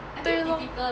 对咯